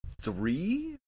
Three